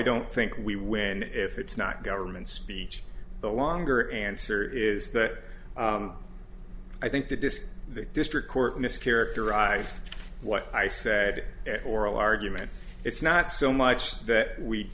don't think we win if it's not government speech the longer answer is that i think that this district court mischaracterized what i said at oral argument it's not so much that we